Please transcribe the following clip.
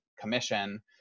commission